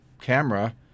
camera